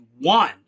one